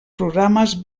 programes